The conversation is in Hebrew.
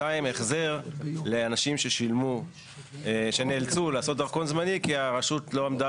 והחזר לאנשים שנאלצו לעשות דרכון זמני כי הרשות לא עמדה